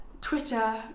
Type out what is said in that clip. twitter